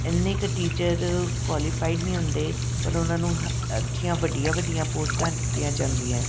ਇੰਨੀ ਕੁ teacher qualified ਨਹੀਂ ਹੁੰਦੇ ਪਰ ਉਹਨਾਂ ਨੂੰ ਹ ਅੱਛੀਆਂ ਵੱਡੀਆਂ ਵੱਡੀਆਂ ਪੋਸਟਾਂ ਦਿੱਤੀਆਂ ਜਾਂਦੀਆਂ